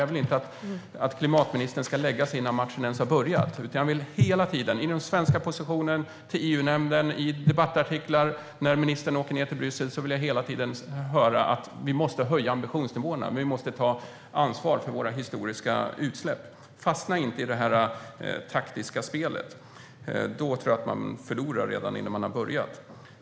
Jag vill inte att klimatministern ska lägga sig innan matchen ens har börjat, utan jag vill hela tiden - i den svenska positionen, i EU-nämnden, i debattartiklar, när ministern åker ned till Bryssel - höra att vi måste höja ambitionsnivåerna. Vi måste ta ansvar för våra historiska utsläpp. Fastna inte i det taktiska spelet! Då tror jag att man förlorar redan innan man har börjat.